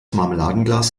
marmeladenglas